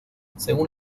según